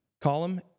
column